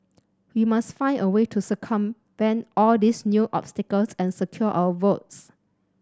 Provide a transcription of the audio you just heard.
we must find a way to circumvent all these new obstacles and secure our votes